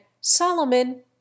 solomon